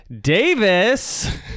Davis